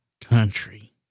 country